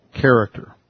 character